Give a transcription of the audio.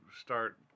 start